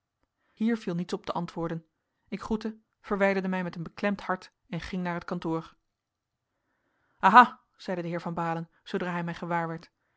hier viel niets op te antwoorden ik groette verwijderde mij met een beklemd hart en ging naar het kantoor aha zeide de heer van baalen zoodra hij mij gewaarwerd